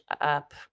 up